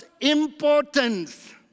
importance